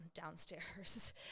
downstairs